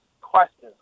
questions